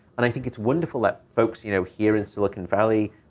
and i think it's wonderful that folks, you know, here in silicon valley